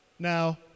Now